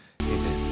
amen